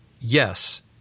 Yes